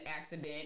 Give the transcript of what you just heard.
accident